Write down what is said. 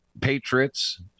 Patriots